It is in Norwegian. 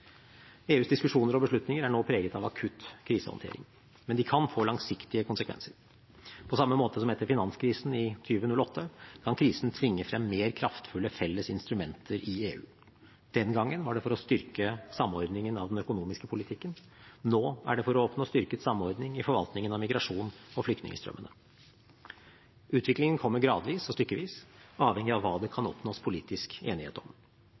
EUs diskusjoner og beslutninger er nå preget av akutt krisehåndtering. Men de kan få langsiktige konsekvenser. På samme måte som etter finanskrisen i 2008 kan krisen tvinge frem mer kraftfulle felles instrumenter i EU. Den gangen var det for å styrke samordningen av den økonomiske politikken. Nå er det for å oppnå styrket samordning i forvaltningen av migrasjons- og flyktningstrømmene. Utviklingen kommer gradvis og stykkevis, avhengig av hva det kan oppnås politisk enighet om.